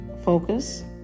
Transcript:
focus